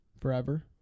Forever